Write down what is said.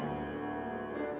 and